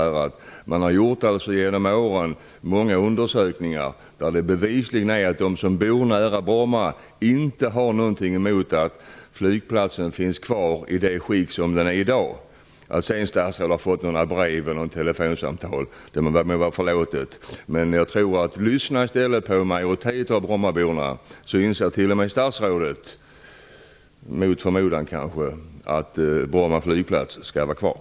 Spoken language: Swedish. Genom åren har det gjorts många undersökningar där det bevisligen är så att de som bor nära Bromma inte har något emot att flygplatsen finns kvar i det skick som den är i dag. Att statsrådet sedan har fått några brev eller några telefonsamtal må vara förlåtet. Lyssna i stället på en majoritet av brommaborna! Då inser kanske t.o.m. statsrådet, mot förmodan, att Bromma flygplats skall vara kvar.